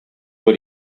what